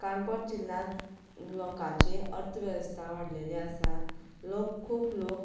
काणकोण जिल्ल्यांत लोकांची अर्थवेवस्था वाडिल्ली आसा लोक खूब लोक